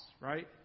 right